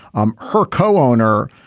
um her co-owner.